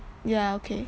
ya okay